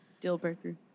deal-breaker